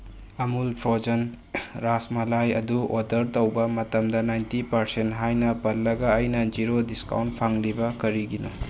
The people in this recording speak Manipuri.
ꯑꯃꯨꯜ ꯐ꯭ꯔꯣꯖꯟ ꯔꯥꯁꯃꯂꯥꯏ ꯑꯗꯨ ꯑꯣꯔꯗꯔ ꯇꯧꯕ ꯃꯇꯝꯗ ꯅꯥꯏꯟꯇꯤ ꯄꯥꯔꯁꯦꯟ ꯍꯥꯏꯅ ꯄꯜꯂꯒ ꯑꯩꯅ ꯖꯦꯔꯣ ꯗꯤꯁꯀꯥꯎꯟ ꯐꯪꯂꯤꯕ ꯀꯔꯤꯒꯤꯅꯣ